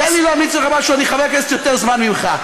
תן לי להמליץ לך משהו, אני חבר כנסת יותר זמן ממך.